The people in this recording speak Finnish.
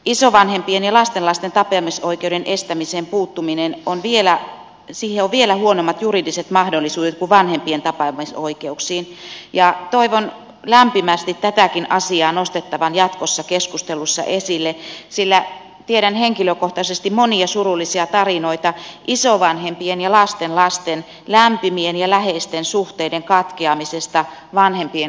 isovanhempien ja lastenlasten tapaamisoikeuden estämiseen puuttumiseen on vielä huonommat juridiset mahdollisuudet kuin vanhempien tapaamisoikeuksiin ja toivon lämpimästi tätäkin asiaa nostettavan jatkossa keskustelussa esille sillä tiedän henkilökohtaisesti monia surullisia tarinoita isovanhempien ja lastenlasten lämpimien ja läheisten suhteiden katkeamisesta vanhempien avioerotilanteessa